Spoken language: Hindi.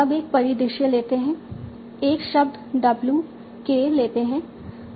अब एक परिदृश्य लेते हैं एक शब्द w k लेते हैं